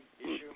issue